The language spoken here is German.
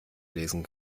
lesen